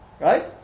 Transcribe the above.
Right